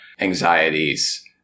anxieties